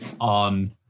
on